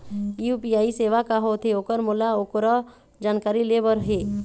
UPI सेवा का होथे ओकर मोला ओकर जानकारी ले बर हे?